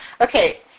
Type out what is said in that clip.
Okay